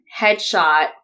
headshot